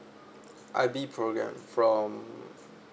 I_B program from